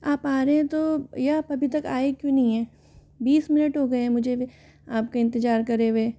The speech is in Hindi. आप आ रहे हैं तो या आप अब तक आये क्यों नही हैं बीस मिनट हो गए हैं मुझे आपका इंतज़ार करे हुए